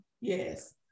yes